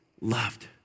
loved